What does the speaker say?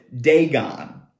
Dagon